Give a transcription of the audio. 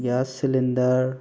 gas cylinder